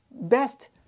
best